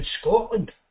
Scotland